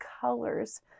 colors